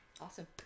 Awesome